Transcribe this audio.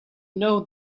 know